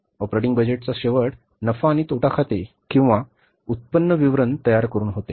operating बजेटचा शेवट नफा आणि तोटा खाते किंवा उत्पन्न विवरण तयार करुन होते